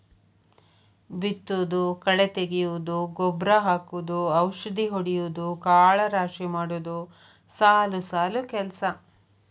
ಬಿತ್ತುದು ಕಳೆ ತಗಿಯುದು ಗೊಬ್ಬರಾ ಹಾಕುದು ಔಷದಿ ಹೊಡಿಯುದು ಕಾಳ ರಾಶಿ ಮಾಡುದು ಸಾಲು ಸಾಲು ಕೆಲಸಾ